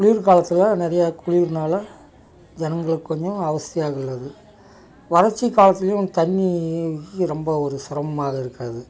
வெயில் காலத்தில் நிறைய குளிர்னால் ஜனங்களுக்கு கொஞ்சம் அவஸ்தியாக உள்ளது வறட்சி காலத்துலையும் தண்ணி ரொம்ப ஒரு சிரமமாக இருக்கிறது